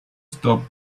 stop